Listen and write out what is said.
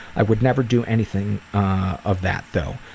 i would never do anything of that though.